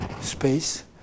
space